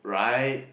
right